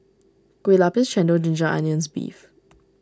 Kueh Lapis Chendol Ginger Onions Beef